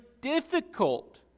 difficult